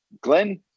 Glenn